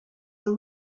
the